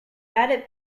had